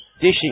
Dishing